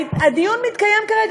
הדיון מתקיים כרגע,